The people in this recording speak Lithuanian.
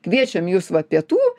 kviečiam jus va pietų